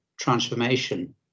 transformation